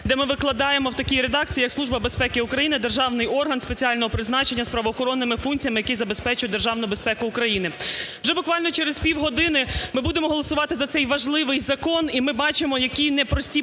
де ми викладаємо в такій редакцій, як: Служба безпеки України – державний орган спеціального призначення з правоохоронними функціями, який забезпечує державну безпеку України. Вже буквально через півгодини ми будемо голосувати за цей важливий закон, і ми бачимо які непрості